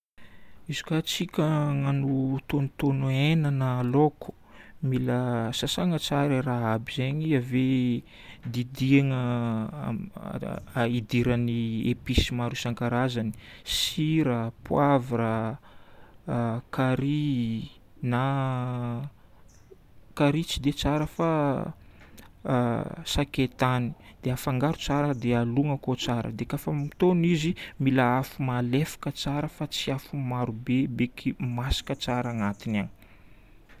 Izy koa tsika hagnano tonotono hena na laoko, mila sasagna tsara raha aby zegny ave didina hidiran'ny episy maro isankarazany, sira, poivra, curry, na curry tsy dia tsara fa sakaitany. Dia afangaro tsara dia alogna akao tsara. Dia kafa mitono izy, mila afo malefaka tsara fa tsy afo maarobe beky masaka tsara agnatiny agny.